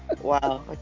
wow